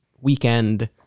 weekend